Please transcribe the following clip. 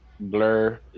blur